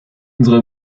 unsere